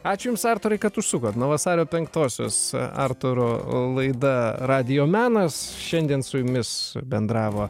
ačiū jums arturai kad užsukot nuo vasario penktosios arturo laida radijo menas šiandien su jumis bendravo